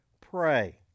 pray